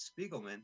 Spiegelman